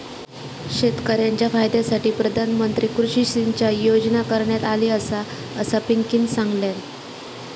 शेतकऱ्यांच्या फायद्यासाठी प्रधानमंत्री कृषी सिंचाई योजना करण्यात आली आसा, असा पिंकीनं सांगल्यान